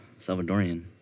Salvadorian